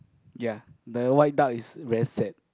ya the white duck is very sad